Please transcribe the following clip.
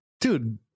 Dude